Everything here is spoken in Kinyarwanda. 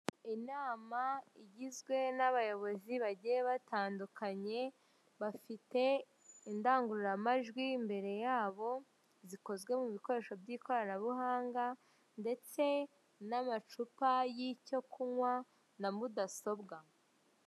Inama igizwe n'abayobozi bagiye batandukanye bafite indangururamajwi imbere yabo zikozwe mu bikoresho by'ikoranabuhanga ndetse n'amacupa y'icyo kunywa na mudasobwa.